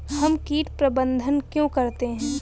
हम कीट प्रबंधन क्यों करते हैं?